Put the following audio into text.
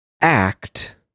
act